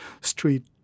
street